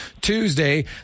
Tuesday